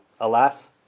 alas